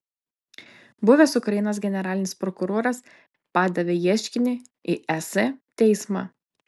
buvęs ukrainos generalinis prokuroras padavė ieškinį į es teismą